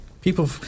people